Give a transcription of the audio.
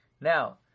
Now